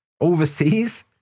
overseas